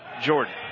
Jordan